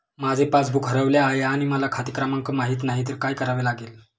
माझे पासबूक हरवले आहे आणि मला खाते क्रमांक माहित नाही तर काय करावे लागेल?